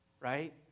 right